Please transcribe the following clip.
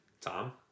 Tom